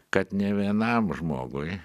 kad nė vienam žmogui